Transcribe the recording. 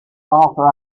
arthur